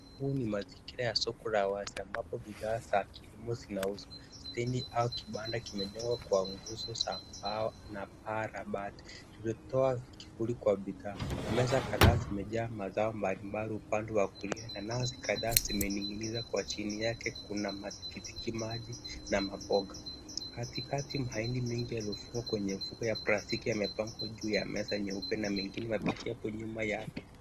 Huu ni mazingira ya soko la wazi ambapo bidhaa za kilimo zinauzwa. Stendi au kibanda kimejengwa kwa nguzo za mbao na paa la bati lililotoa kivuli kwa bidhaa. Meza kadhaa zimejaa mazao mbalimbali upande wa kulia na nazi kadhaa zimening'inizwa. Kwa chini yake kuna matikitimaji na maboga. Katikati mahindi mingi yaliyofungwa kwenye mifuko ya plastiki yamepangwa juu ya meza ya nyeupe na mengine yametiwa nyuma yake.